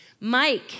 Mike